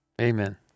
Amen